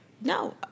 No